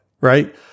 right